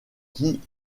qui